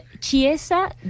Chiesa